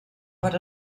per